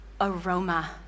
aroma